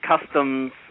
customs